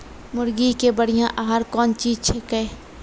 मुर्गी के बढ़िया आहार कौन चीज छै के?